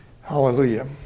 Hallelujah